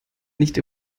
nicht